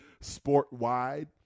sport-wide